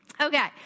Okay